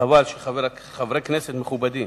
חבל שחברי כנסת מכובדים